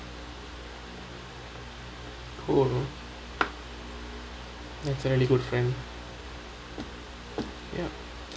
who that's a really good friend yup